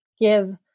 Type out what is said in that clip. give